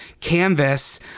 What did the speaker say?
canvas